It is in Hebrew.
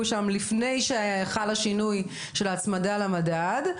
שם עוד לפני שהיה את השינוי של הצמדה למדד,